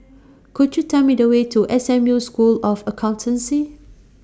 Could YOU Tell Me The Way to S M U School of Accountancy